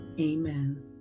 Amen